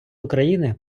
україни